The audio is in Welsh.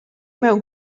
mewn